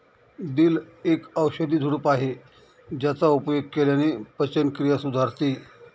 दिल एक औषधी झुडूप आहे ज्याचा उपयोग केल्याने पचनक्रिया सुधारते